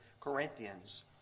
Corinthians